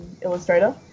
illustrator